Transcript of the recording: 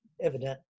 evident